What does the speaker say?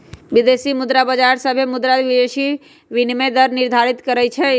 विदेशी मुद्रा बाजार सभे मुद्रा विदेशी विनिमय दर निर्धारित करई छई